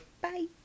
Bye